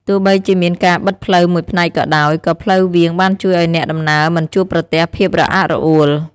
ទោះបីជាមានការបិទផ្លូវមួយផ្នែកក៏ដោយ ក៏ផ្លូវវាងបានជួយឱ្យអ្នកដំណើរមិនជួបប្រទះភាពរអាក់រអួល។